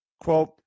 Quote